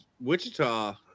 Wichita